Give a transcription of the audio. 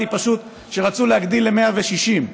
פשוט קראתי שרצו להגדיל ל-160.